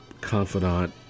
confidant